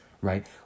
right